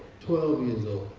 twelve years